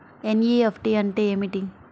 NEFT అంటే ఏమిటి?